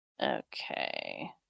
Okay